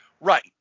Right